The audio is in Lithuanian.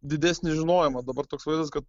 didesnį žinojimą dabar toks vaizdas kad